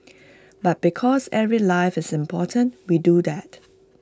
but because every life is important we do that